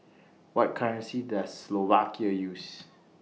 What currency Does Slovakia use